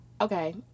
okay